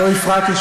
לא הפרעתי,